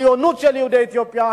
הציונות של יהודי אתיופיה,